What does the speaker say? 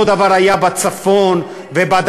אותו דבר היה בצפון ובדרום.